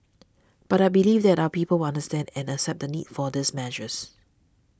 but I believe that our people will understand and accept the need for these measures